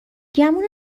گمونم